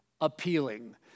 appealing